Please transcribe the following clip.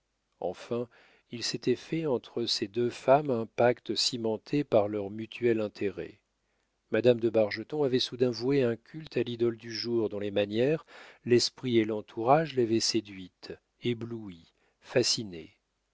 enfin il s'était fait entre ces deux femmes un pacte cimenté par leur mutuel intérêt madame de bargeton avait soudain voué un culte à l'idole du jour dont les manières l'esprit et l'entourage l'avaient séduite éblouie fascinée